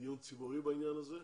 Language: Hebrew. לדיון ציבורי בנושא הה.